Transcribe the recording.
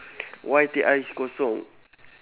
why teh ice kosong